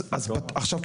אז עכשיו,